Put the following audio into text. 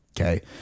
okay